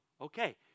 Okay